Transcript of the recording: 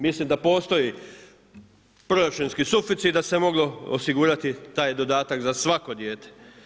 Mislim da postoji proračunski suficit da se moglo osigurati taj dodatak za svako dijete.